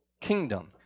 kingdom